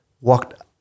walked